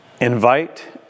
Invite